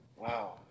Wow